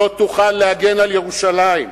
לא תוכל להגן על ירושלים.